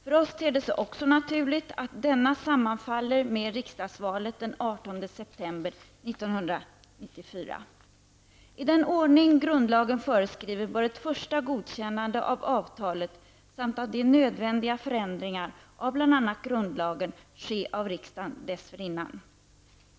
För oss ter det sig också naturligt att denna folkomröstning sammanfaller med riksdagsvalet den 18 september I den ordning som grundlagen föreskriver bör ett första godkännande av avtalet och de nödvändiga förändringarna i bl.a. grundlagen dessförinnan ske av riksdagen.